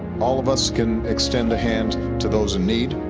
all of us can extend the hand to those in need.